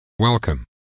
welcome